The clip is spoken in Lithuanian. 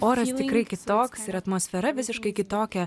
oras tikrai kitoks ir atmosfera visiškai kitokia